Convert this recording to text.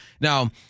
Now